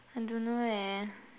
I don't know leh